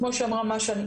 כמו שאמרה מאשה,